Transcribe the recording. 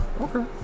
Okay